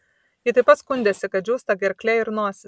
ji taip pat skundėsi kad džiūsta gerklė ir nosis